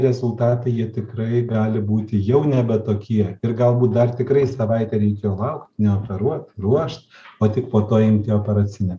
rezultatai jie tikrai gali būti jau nebe tokie ir galbūt dar tikrai savaitę reikėjo laukt neoperuot ruošt o tik po to imti operacinę